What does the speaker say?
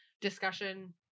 discussion